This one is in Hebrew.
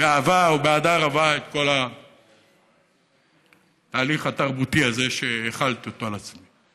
באהבה ובאהדה רבה את כל ההליך התרבותי הזה שהחלתי על עצמי.